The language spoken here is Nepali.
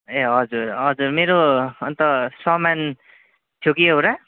ए हजुर हजुर मेरो अन्त सामान थियो कि एउटा